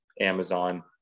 Amazon